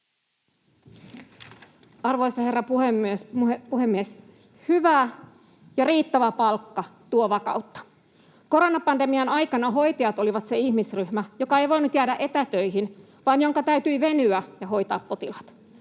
Arvoisa herra puhemies! Hyvä ja riittävä palkka tuo vakautta. Koronapandemian aikana hoitajat olivat se ihmisryhmä, joka ei voinut jäädä etätöihin vaan jonka täytyi venyä ja hoitaa potilaat.